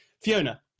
Fiona